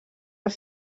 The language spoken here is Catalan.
els